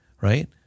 right